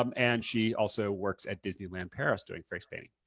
um and she also works at disneyland paris doing face painting.